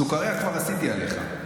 סוכרייה כבר עשיתי עליך.